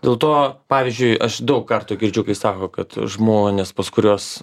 dėl to pavyzdžiui aš daug kartų girdžiu kai sako kad žmonės pas kuriuos